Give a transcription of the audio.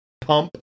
pump